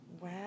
Wow